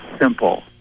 simple